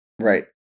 Right